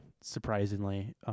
surprisingly